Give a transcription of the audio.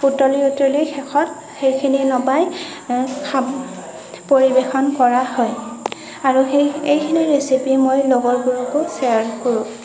উতলি উতলি শেষত সেইখিনি নমাই খাম পৰিবেশন কৰা হয় আৰু সেই এইখিনি ৰেছিপি মই লগৰবোৰকো শ্বেয়াৰ কৰোঁ